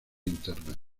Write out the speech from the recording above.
interna